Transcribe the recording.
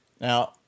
Now